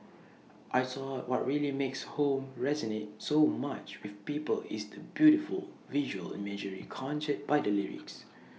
I thought what really makes home resonate so much with people is the beautiful visual imagery conjured by the lyrics